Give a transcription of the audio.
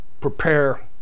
prepare